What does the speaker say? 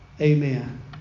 Amen